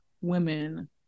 women